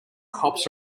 hops